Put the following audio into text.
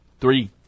Three